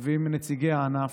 ועם נציגי הענף.